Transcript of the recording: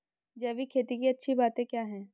जैविक खेती की अच्छी बातें क्या हैं?